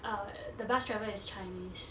uh the bus driver is chinese